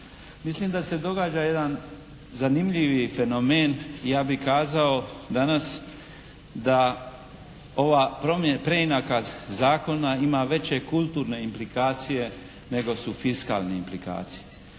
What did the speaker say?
Mislim da se događa jedan zanimljivi fenomen ja bih kazao danas da ova preinaka zakona ima veće kulturne implikacije nego su fiskalne implikacije.